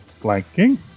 Flanking